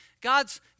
God's